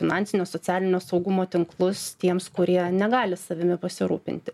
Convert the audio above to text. finansinio socialinio saugumo tinklus tiems kurie negali savimi pasirūpinti